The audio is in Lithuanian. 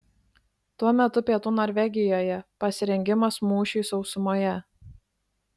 tuo metu pietų norvegijoje pasirengimas mūšiui sausumoje